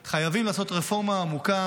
חייבים לעשות רפורמה עמוקה,